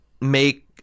make